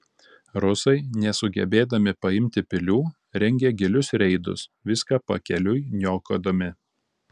rusai nesugebėdami paimti pilių rengė gilius reidus viską pakeliui niokodami